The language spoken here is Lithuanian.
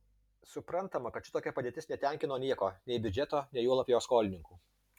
suprantama kad šitokia padėtis netenkino nieko nei biudžeto nei juolab jo skolininkų